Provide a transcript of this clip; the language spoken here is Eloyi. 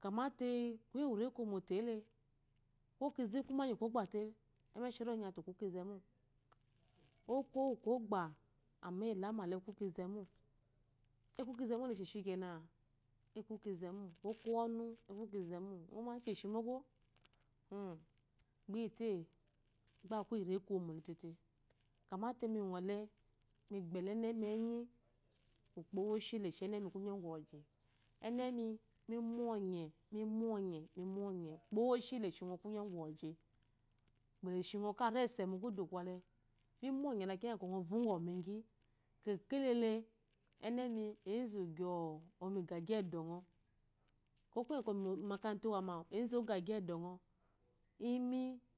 kyamaté kuye ngu reko womo télé kwo kizhe ikuma ngikwogbáte ɛmɛsheri ɔnyamaté okukizh emooko ukwɔgba iyi ilamále aku kizhe mo ɔko kizhe mole ishshi kéná ɔku kizhe mole isoshi kéná oko unu aku kihe ŋma ishóshimoko gba iyi te gba aku iyi reko iwmole tete kya mate mi nɔle migbele mi enyi ukpo uwoshi le shi ememi kunyo ngu wozhi ɛnɛmi mi mu ɔnye mi mu ɔnye ukpo ukpo woshi le shi nɔ kunyo kuwo zhi ukpole sjiŋɔ ka ri ese mu kudu kwɔlɛ mimu ɔnye la kiya ngi ŋɔ vongɔ mingi kekedele enemi énzu gyo ɔgigi edo ŋo ko kuye ngu miyi momakara ta iwanwu enzu ɔgigio edoŋɔ